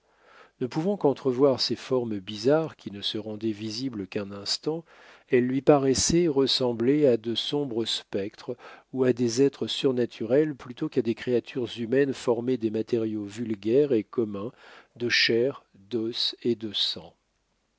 ne pouvant qu'entrevoir ces formes bizarres qui ne se rendaient visibles qu'un instant elles lui paraissaient ressembler à de sombres spectres ou à des êtres surnaturels plutôt qu'à des créatures humaines formées des matériaux vulgaires et communs de chair d'os et de sang